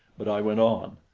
but i went on.